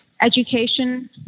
education